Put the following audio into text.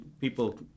people